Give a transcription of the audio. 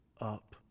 up